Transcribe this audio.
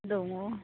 दङ